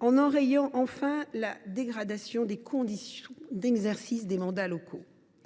en enrayant enfin la dégradation des conditions d’exercice des mandats locaux.